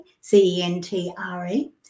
c-e-n-t-r-e